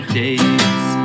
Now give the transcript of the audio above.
days